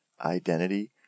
identity